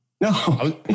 No